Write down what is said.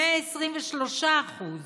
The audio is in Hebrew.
123%;